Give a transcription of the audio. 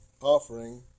offering